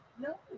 no